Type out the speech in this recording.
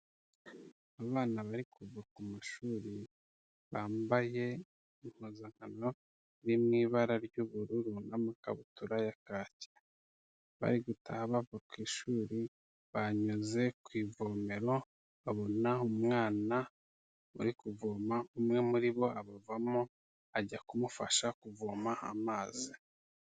Abana bari kuva ku mashuri bambaye impuzankano iri mubara ry'ubururu n'amakabutura ya kaki, bari gutaha bava ku ishuri, banyuze ku ivomero babona umwana uri kuvoma umwe muri bo abavamo ajya kumufasha kuvoma amazi.